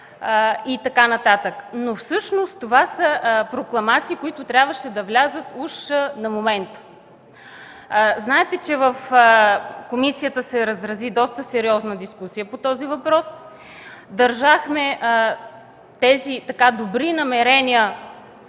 и така нататък. Всъщност това са прокламации, които трябваше да влязат уж на момента. Знаете, че в комисията се разрази доста сериозна дискусия по този въпрос. Държахме тези добри намерения